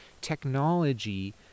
technology